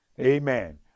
amen